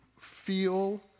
feel